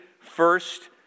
first